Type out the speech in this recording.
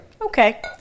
Okay